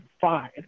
fine